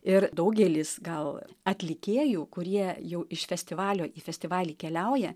ir daugelis gal atlikėjų kurie jau iš festivalio į festivalį keliauja